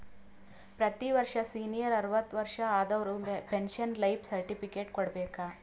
ಪ್ರತಿ ವರ್ಷ ಸೀನಿಯರ್ ಅರ್ವತ್ ವರ್ಷಾ ಆದವರು ಪೆನ್ಶನ್ ಲೈಫ್ ಸರ್ಟಿಫಿಕೇಟ್ ಕೊಡ್ಬೇಕ